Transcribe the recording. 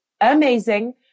Amazing